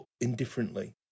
indifferently